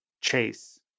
Chase